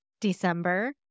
December